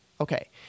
Okay